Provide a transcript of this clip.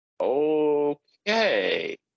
okay